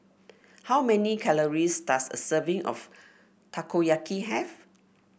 how many calories does a serving of Takoyaki have